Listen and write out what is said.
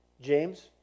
James